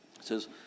says